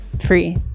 free